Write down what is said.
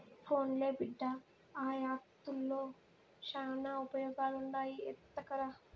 పోన్లే బిడ్డా, ఆ యాకుల్తో శానా ఉపయోగాలుండాయి ఎత్తకరా